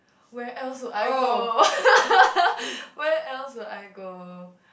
where else would I go where else would I go